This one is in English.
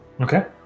okay